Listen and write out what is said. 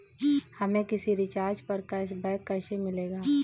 हमें किसी रिचार्ज पर कैशबैक कैसे मिलेगा?